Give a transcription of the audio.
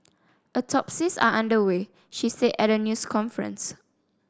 autopsies are under way she said at a news conference